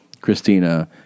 Christina